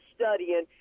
studying